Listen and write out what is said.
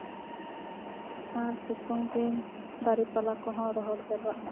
ᱟᱨ ᱥᱤᱛᱩᱝ ᱫᱤᱱ ᱫᱟᱨᱮ ᱯᱟᱞᱦᱟ ᱠᱚᱦᱚᱸ ᱨᱚᱦᱚᱲ ᱪᱟᱵᱟᱜᱼᱟ